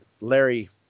Larry